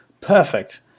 perfect